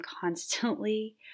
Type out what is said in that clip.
constantly